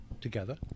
together